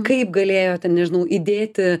kaip galėjote nežinau įdėti